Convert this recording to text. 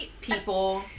people